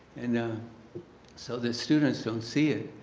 and the so the students don't see it.